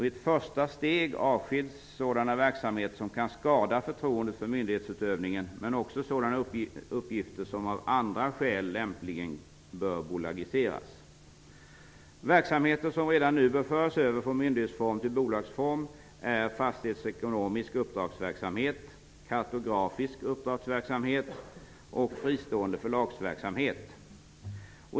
I ett första steg avskiljs sådana verksamheter som kan skada förtroendet för myndighetsutövningen men också sådana uppgifter som av andra skäl lämpligen bör bolagiseras. Verksamheter som redan nu bör föras över från myndighetsform till bolagsform är fastighetsekonomisk uppdragsverksamhet, kartografisk uppdragsverksamhet och fristående förlagsverksamhet.